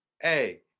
hey